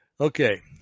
Okay